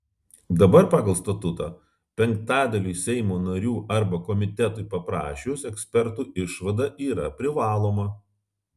dabar pagal statutą penktadaliui seimo narių arba komitetui paprašius ekspertų išvada yra privaloma